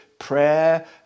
prayer